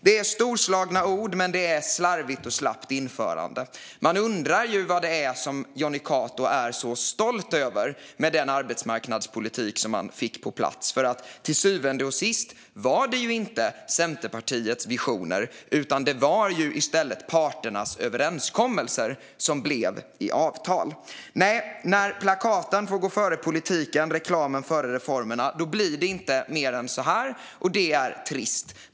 Det är storslagna ord, men det är slarvigt och slappt införande. Man undrar vad det är som Jonny Cato är så stolt över med den arbetsmarknadspolitik som man fick på plats. Till syvende och sist var det ju inte Centerpartiets visioner, utan det var ju i stället parternas överenskommelser som blev avtal. Nej, när plakaten får gå före politiken och reklamen före reformerna blir det inte mer än så här, och det är trist.